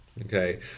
Okay